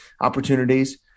opportunities